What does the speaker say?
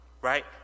right